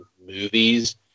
movies